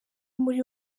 muri